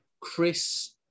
Chris